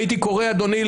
הייתי קורא אדוני,